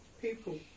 People